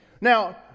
Now